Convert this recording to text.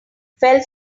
fell